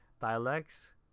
dialects